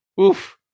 oof